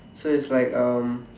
so it's like um